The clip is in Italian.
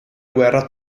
guerra